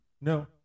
no